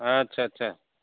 আচ্ছা আচ্ছা